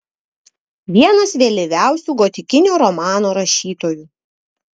vienas vėlyviausių gotikinio romano rašytojų